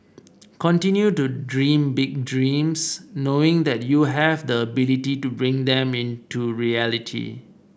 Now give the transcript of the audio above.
continue to dream big dreams knowing that you have the ability to bring them into reality